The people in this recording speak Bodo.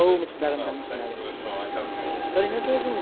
औ मिथिनो हागोन नोंथां मिथिनो हागोन ओरैनोथ' जोंनाव